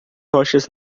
rochas